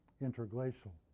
interglacial